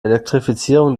elektrifizierung